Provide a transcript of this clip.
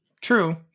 True